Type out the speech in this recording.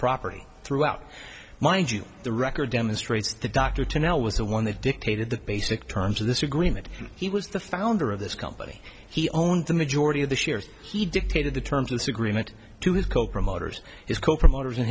property throughout mind you the record demonstrates the doctor to now was the one that dictated the basic terms of this agreement and he was the founder of this company he owned the majority of the shares he dictated the terms of this agreement to his co promoters his co promoters and